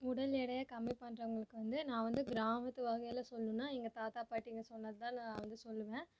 உடல் எடையை கம்மி பண்ணுறவங்களுக்கு வந்து நான் வந்து கிராமத்து வகையில் சொல்லணுனா எங்கள் தாத்தா பாட்டிங்க சொன்னது தான் நான் வந்து சொல்லுவேன்